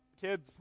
kids